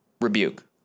rebuke